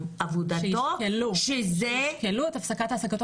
עבודתו --- שישקלו את הפסקת העסקתו.